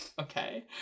Okay